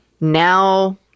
now